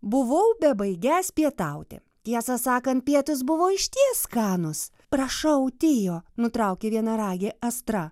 buvau bebaigiąs pietauti tiesą sakant pietūs buvo išties skanūs prašau tio nutraukė vienaragė astra